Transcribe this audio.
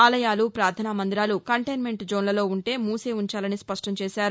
ఆలయాలు ప్రార్ణనా మందిరాలు కంటైన్మెంట్ జోన్లలో ఉంటే మూసే ఉంచాలని స్పష్టం చేశారు